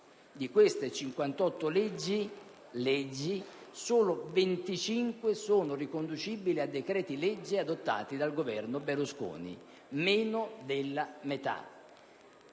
di queste, solo 25 sono riconducibili a decreti-legge adottati dal Governo Berlusconi, cioè meno della metà.